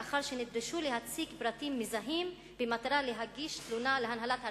לאחר שנדרשו להציג פרטים מזהים במטרה להגיש תלונה להנהלת הרכבת.